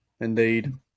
indeed